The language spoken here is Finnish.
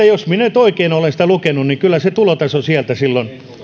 jos minä nyt oikein olen sitä lukenut niin kyllä se tulotaso sieltä silloin